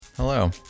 hello